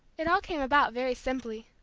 it all came about very simply.